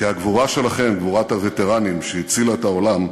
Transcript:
כי הגבורה שלכם, גבורת הווטרנים שהצילה את העולם,